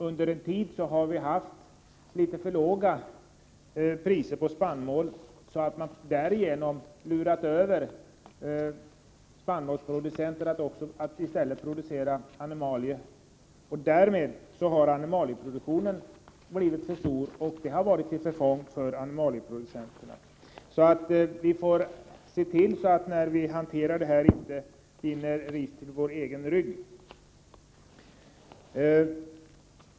Under en tid har vi haft litet för låga priser på spannmål. Därigenom har spannmålsproducenter lurats att i stället producera animalier. På grund av detta har animalieproduktionen blivit för stor, vilket har varit till förfång för animalieproducenterna. När vi hanterar dessa frågor får vi se till att vi inte binder ris åt egen rygg.